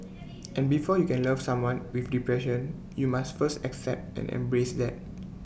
and before you can love someone with depression you must first accept and embrace that